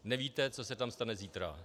Nevíte, co se tam stane zítra.